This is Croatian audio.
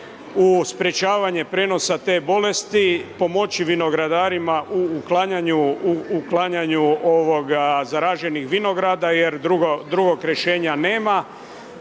u sprječavanju prenosa te bolesti, pomoći vinogradarima u uklanjanju zaraženih vinograda, jer drugog rješenja nema.